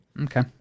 Okay